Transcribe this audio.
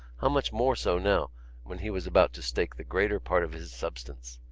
how much more so now when he was about to stake the greater part of his substance!